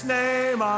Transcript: name